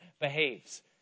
behaves